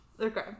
Okay